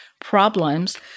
problems